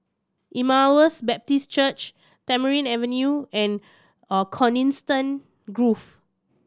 Emmaus Baptist Church Tamarind Avenue and Coniston Grove